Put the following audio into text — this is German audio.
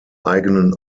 eigenen